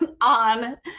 on